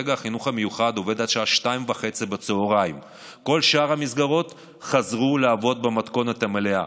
כרגע החינוך המיוחד עובד עד השעה 14:30. כל שאר המסגרות חזרו לעבוד במתכונת המלאה.